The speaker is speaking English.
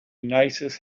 nicest